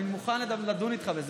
אני מוכן לדון איתך בזה.